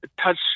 touch